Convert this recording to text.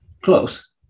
close